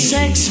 Sex